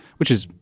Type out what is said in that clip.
which is,